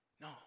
No